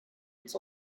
its